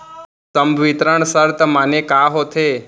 संवितरण शर्त माने का होथे?